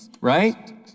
right